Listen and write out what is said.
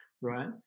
right